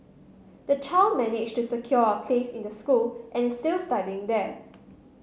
the child managed to secure a place in the school and is still studying there